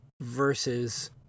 versus